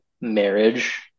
marriage